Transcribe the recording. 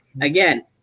again